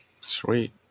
Sweet